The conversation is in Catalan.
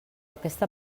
aquesta